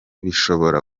bishobora